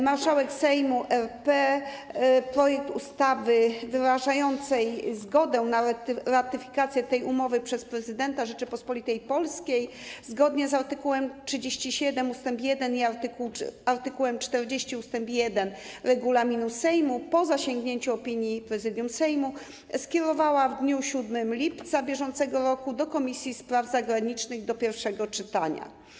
Marszałek Sejmu RP, projekt ustawy wyrażającej zgodę na ratyfikację tej umowy przez prezydenta Rzeczypospolitej Polskiej, zgodnie z art. 37 ust. 1 i art. 40 ust. 1 regulaminu Sejmu, po zasięgnięciu opinii Prezydium Sejmu, skierowała w dniu 7 lipca br. do Komisji Spraw Zagranicznych do pierwszego czytania.